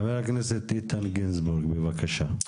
חבר הכנסת, איתן גינזבורג, בבקשה.